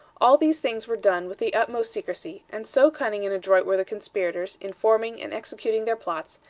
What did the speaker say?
all these things were done with the utmost secrecy, and so cunning and adroit were the conspirators in forming and executing their plots,